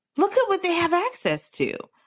look at what they have access to.